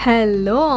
Hello